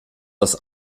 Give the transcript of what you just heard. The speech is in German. das